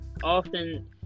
often